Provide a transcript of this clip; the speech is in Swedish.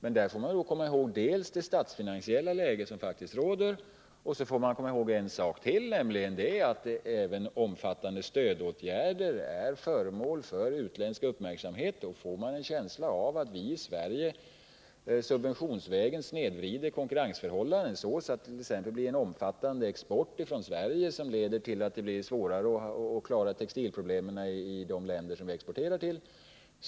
Man måste då komma ihåg dels det statsfinansiella läge som faktiskt råder, dels att omfattande stödåtgärder är föremål för utländsk uppmärksamhet. Man kan i utlandet få en känsla av att vi i Sverige subventionsvägen snedvrider konkurrensförhållanden, så att det t.ex. blir en omfattande export från Sverige som leder till att det blir svårare att klara textilproblemen i de länder vi exporterar till.